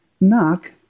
Knock